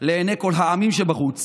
לעיני כל העמים שבחוץ